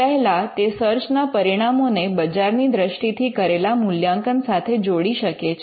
પહેલા તે સર્ચના પરિણામોને બજારની દ્રષ્ટિથી કરેલા મૂલ્યાંકન સાથે જોડી શકે છે